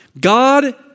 God